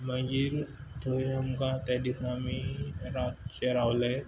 मागीर थंय आमकां ते दिसा आमी रातचे रावले